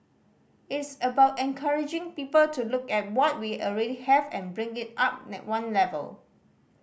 it's about encouraging people to look at what we already have and bring it up one level